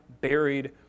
buried